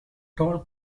toll